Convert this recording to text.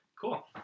Cool